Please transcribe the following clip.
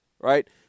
Right